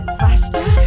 faster